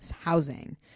housing